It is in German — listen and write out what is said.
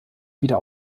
wieder